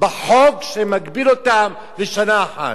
בחוק שמגביל אותם לשנה אחת.